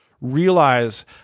realize